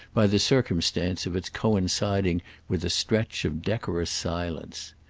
by the circumstance of its coinciding with a stretch of decorous silence.